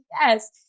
yes